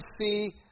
see